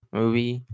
movie